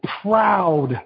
proud